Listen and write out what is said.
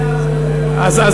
גם וגם, אדוני היושב-ראש.